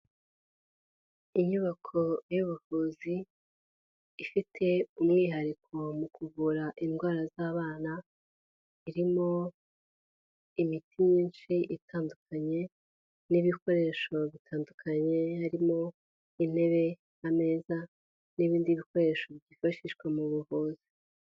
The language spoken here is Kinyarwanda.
Inyubako y'ubuvuzi ifite umwihariko mu kuvura indwara z'abana, irimo imiti myinshi itandukanye n'ibikoresho bitandukanye birimo intebe, ameza n'ibindi bikoresho byifashishwa mu buvuzi.